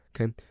Okay